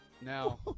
Now